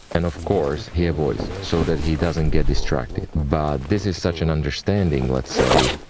and of course he avoids, so that he doesn't get distracted. but this is such an understanding, let's say,